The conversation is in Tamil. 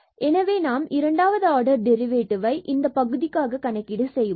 எனவே நாம் இரண்டாவது ஆர்டர் டெரிவேட்டிவ்வை இந்த பகுதிக்காக கணக்கீடு செய்வோம்